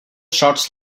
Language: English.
jocks